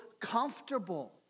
comfortable